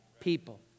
people